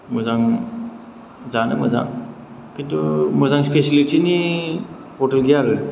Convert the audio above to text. मोजां जानो मोजां खिन्थु मोजां फेसिलिथिनि हटेल गैया आरो